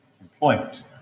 employment